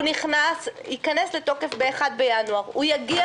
הוא ייכנס לתוקף ב-1 בינואר 2020. הוא יגיע